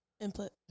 input